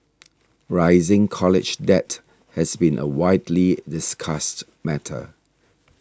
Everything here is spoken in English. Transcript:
rising college debt has been a widely discussed matter